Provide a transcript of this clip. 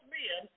men